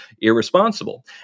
irresponsible